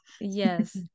Yes